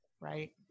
Right